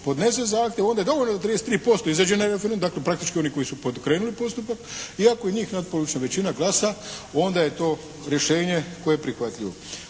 podnese zahtjev onda je dovoljno da 33% izađe na referendum, dakle praktički oni koji su pokrenuli postupak i ako njih natpolovična većina glasa onda je to rješenje koje je prihvatljivo.